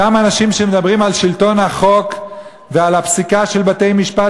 אותם אנשים שמדברים על שלטון החוק ועל הפסיקה של בתי-משפט,